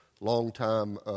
longtime